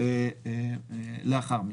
לאחר מכן.